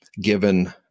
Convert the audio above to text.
given